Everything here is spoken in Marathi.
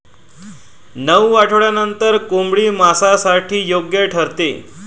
नऊ आठवड्यांनंतर कोंबडी मांसासाठी योग्य ठरते